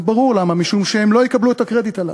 זה ברור למה, משום שהם לא יקבלו את הקרדיט עליו.